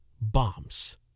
bombs